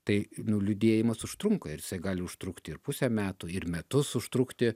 tai nu liūdėjimas užtrunka ir gali užtrukti ir pusę metų ir metus užtrukti